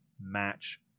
match